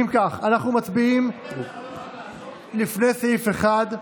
אם כך, אנחנו מצביעים לפני סעיף 1,